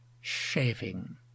shaving